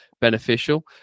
beneficial